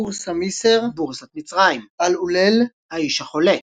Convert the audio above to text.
بورصة مصر - "בורסת מצרים" العليل - "האיש החולה"